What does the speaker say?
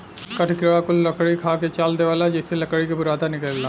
कठ किड़ा कुल लकड़ी खा के चाल देवेला जेइसे लकड़ी के बुरादा निकलेला